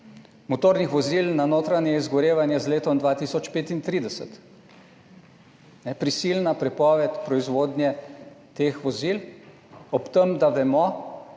motornih vozil na notranje izgorevanje z letom 2035. Prisilna prepoved proizvodnje teh vozil, ob tem, da vemo,